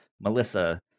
Melissa